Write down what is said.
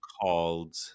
called